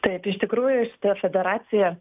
taip iš tikrųjų šita federacija